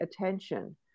attention